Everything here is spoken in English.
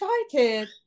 excited